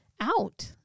out